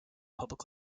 public